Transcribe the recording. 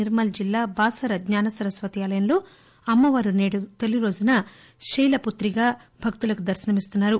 నిర్మల్ జిల్లా బాసర జ్ఞాన సరస్వతి ఆలయంలో అమ్మవారు నేదు తొలిరోజున శెలిపుత్రిగా భక్తులకు దర్రనమిస్తున్నారు